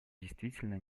действительно